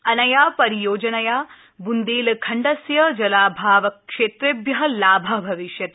अनया परियोजनया बंदेलखण्डस्य जलाभाव क्षेत्रेभ्यः लाभः भविष्यति